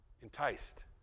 Enticed